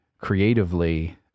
creatively